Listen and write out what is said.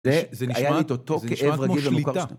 זה זה נשמע, היה לי את אותו כאב רגיל ומוכר, זה נשמע כמו שליטה.